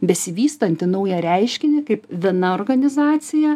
besivystantį naują reiškinį kaip viena organizacija